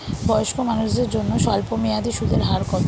বয়স্ক মানুষদের জন্য স্বল্প মেয়াদে সুদের হার কত?